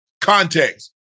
context